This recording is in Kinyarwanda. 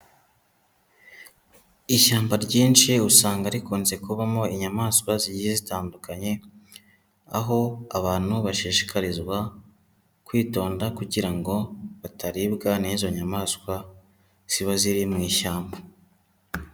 Ishyamba ryinshi usanga rikunze kubamo inyamaswa zigiye zitandukanye, aho abantu bashishikarizwa kwitonda kugira ngo bataribwa n'izo nyamaswa ziba ziri mu ishyamba.